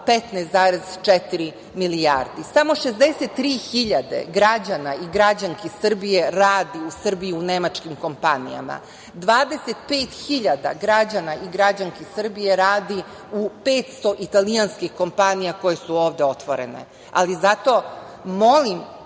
15,4 milijardi. Samo 63.000 građana i građanki Srbije radi u Srbiji u nemačkim kompanijama, 25.000 građana i građanki radi u 500 italijanskih kompanija koje su ovde otvorene, ali zato molim